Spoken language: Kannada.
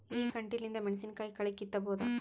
ಈ ಕಂಟಿಲಿಂದ ಮೆಣಸಿನಕಾಯಿ ಕಳಿ ಕಿತ್ತಬೋದ?